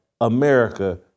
America